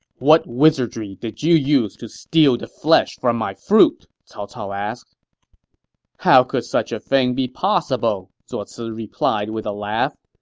what wizardry did you use to steal the flesh from my fruit? cao cao asked how could such a thing be possible? zuo ah ci replied with a laugh.